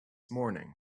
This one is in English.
morning